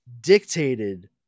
dictated